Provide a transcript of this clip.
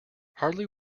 hardly